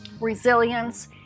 resilience